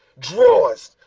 drawers,